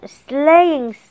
slaying